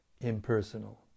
impersonal